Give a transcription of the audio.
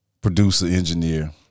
producer-engineer